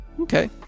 Okay